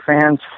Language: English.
fans